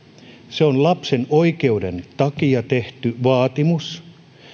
se on lapsen oikeuden takia tehty vaatimus